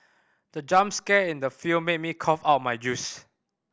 the jump scare in the film made me cough out my juice